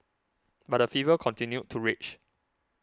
but the fever continued to rage